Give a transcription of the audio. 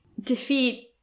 defeat